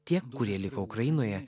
tie kurie liko ukrainoje